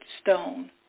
stone